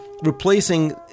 replacing